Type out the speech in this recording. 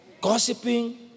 gossiping